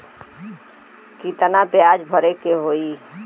कितना ब्याज भरे के होई?